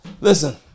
Listen